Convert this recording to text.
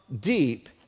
deep